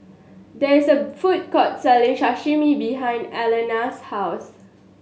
there is a food court selling Sashimi behind Alana's house